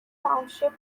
township